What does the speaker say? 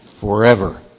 forever